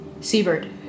Seabird